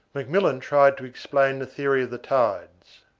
mcmillan tried to explain the theory of the tides.